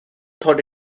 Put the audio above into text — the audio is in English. thought